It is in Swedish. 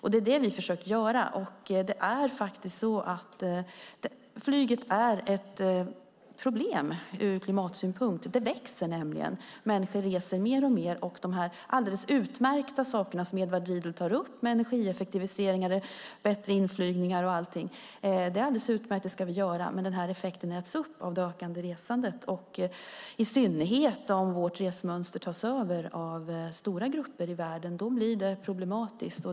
Det försöker vi göra, och flyget är ett problem ur klimatsynpunkt. Det växer eftersom människor reser mer och mer. Edward Riedl tog upp energieffektivisering, bättre inflygningar med mera. Det är alldeles utmärkta åtgärder, men effekten äts upp av det ökade resandet. Skulle dessutom vårt resmönster tas över av stora grupper i världen blir det problematiskt.